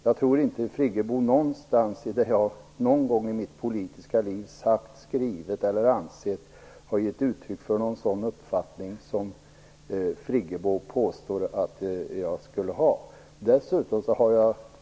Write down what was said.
Jag tror inte att jag någon gång i mitt politiska liv har givit uttryck för - sagt, skrivit eller ansett - någon sådan uppfattning som Friggebo påstår.